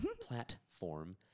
platform